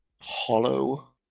Hollow